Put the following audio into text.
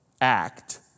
act